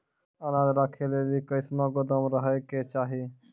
अनाज राखै लेली कैसनौ गोदाम रहै के चाही?